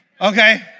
Okay